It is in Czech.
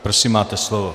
Prosím, máte slovo.